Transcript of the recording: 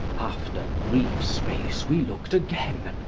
after brief space we looked again,